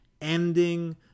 ending